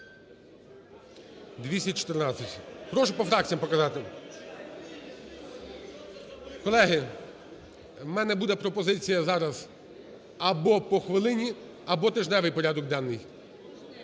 За-214 Прошу по фракціях показати. Колеги, в мене буде пропозиція зараз або по хвилині, або тижневий порядок денний.